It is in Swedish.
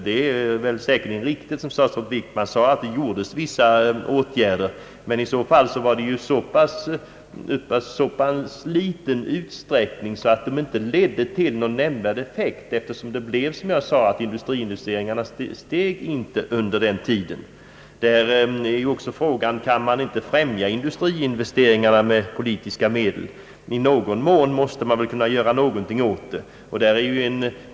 Det är säkert riktigt, som statsrådet Wickman sade, att det har vidtagits vissa åtgärder. I så fall måste det ha varit i så liten utsträckning att de inte gav någon nämnvärd effekt eftersom, som jag sade, dessa inte steg under tiden 1961—1965. Frågan är också, om man kan främja industriinvesteringarna med politiska medel. Något måste dock göras åt dem.